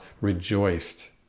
rejoiced